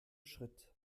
schritt